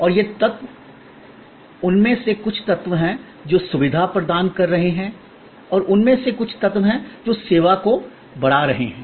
और ये तत्व उनमें से कुछ तत्व हैं जो सुविधा प्रदान कर रहे हैं और उनमें से कुछ तत्व हैं जो सेवा को बढ़ा रहे हैं